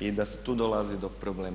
i da tu dolazi do problema.